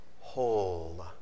whole